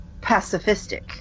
pacifistic